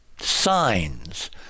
signs